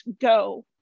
go